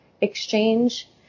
exchange